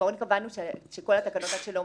בעיקרון קבענו שכל התקנות עד שלא